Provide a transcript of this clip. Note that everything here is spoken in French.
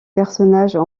personnages